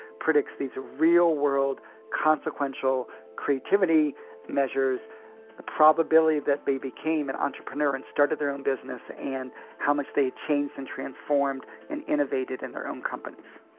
predicts these real-world, consequential creativity measures the probability that they became an entrepreneur and started their own business and how much they had changed and transformed and innovated in their own companies